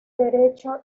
derecho